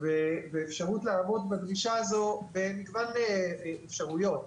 והאפשרות לעמוד בדרישה הזו במגוון אפשרויות.